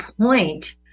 point